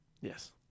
Yes